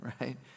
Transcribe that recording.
right